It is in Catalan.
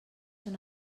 són